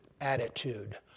attitude